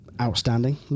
outstanding